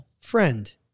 Friend